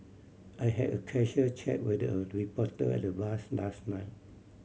I had a casual chat with a reporter at the bars last night